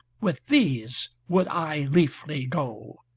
with these would i liefly go.